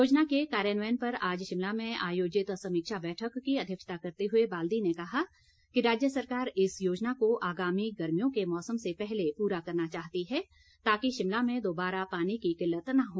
योजना के कार्यान्वयन पर आज शिमला में आयोजित समीक्षा बैठक की अध्यक्षता करते हुए बाल्दी ने कहा कि राज्य सरकार इस योजना को आगामी गर्मियों के मौसम से पहले पूरा करना चाहती है ताकि शिमला में दोबारा पानी की किल्लत न हो